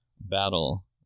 battle